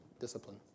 Discipline